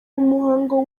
umuhango